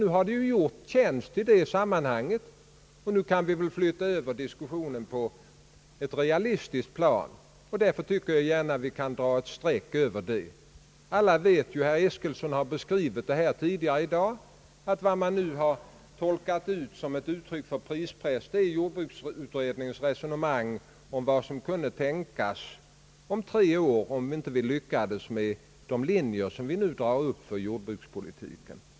Nu har det gjort tjänst i detta sammanhang, och vi kan nu flytta över diskussionen på ett realistiskt plan. Därför tycker jag att vi nu kan dra ett streck över detta. Vi vet alla — och herr Eskilsson har i dag redogjort för detta — att vad som tolkats som ett uttryck för prispress är jordbruksutredningens resonemang om vilka åtgärder som kunde tänkas om tre år för den händelse att vi inte nu skulle lyckas fullfölja de linjer vi drar upp för jordbrukspolitiken.